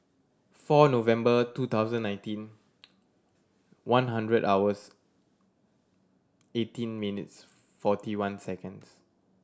four November two thousand nineteen one hundred hours eighteen minutes forty one seconds